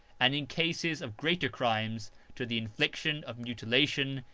and in cases of greater crimes to the infliction of mutilation,